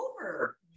over